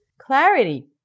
clarity